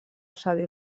cedir